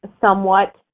somewhat